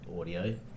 audio